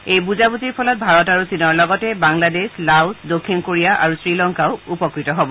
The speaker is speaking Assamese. এই বুজাবুজিৰ ফলত ভাৰত আৰু চীনৰ লগতে বাংলাদেশ লাউছ দক্ষিণ কোৰিয়া আৰু শ্ৰীলংকাও উপকৃত হব